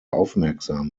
aufmerksam